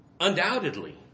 undoubtedly